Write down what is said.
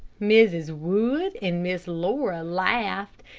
mrs. wood and miss laura laughed,